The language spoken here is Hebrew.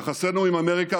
יחסינו עם אמריקה,